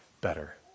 better